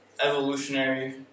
evolutionary